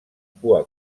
cua